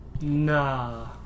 Nah